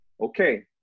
Okay